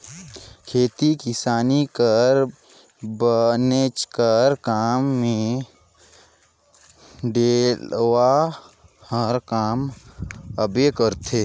खेती किसानी कर बनेचकन काम मे डेलवा हर काम आबे करथे